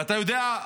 ואתה יודע,